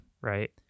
right